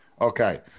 Okay